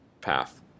path